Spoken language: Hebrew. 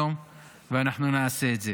ואנחנו נעשה את זה.